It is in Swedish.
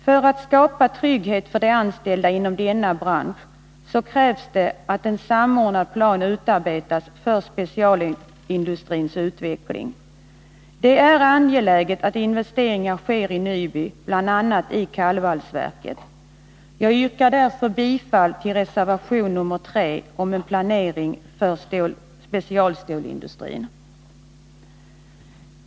För att skapa trygghet för de anställda inom denna bransch krävs det att en samordnad plan utarbetas för specialstålsindustrins utveckling. Det är angeläget att investeringar sker i Nyby, bl.a. i kallvalsverket. Jag yrkar därför bifall till reservation nr 3 om en planering för specialstålsindustrin.